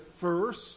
first